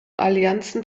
allianzen